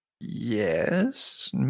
Yes